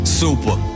super